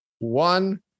one